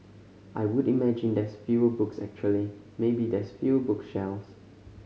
I would imagine there's fewer books actually maybe there's fewer book shelves